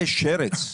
זה שרץ.